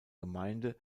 gemeinde